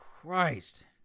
Christ